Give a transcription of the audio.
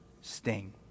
sting